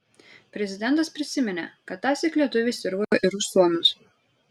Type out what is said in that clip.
prezidentas prisiminė kad tąsyk lietuviai sirgo ir už suomius